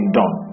done